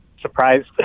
surprised